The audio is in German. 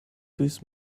durchs